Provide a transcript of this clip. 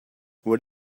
what